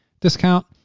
discount